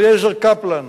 אליעזר קפלן,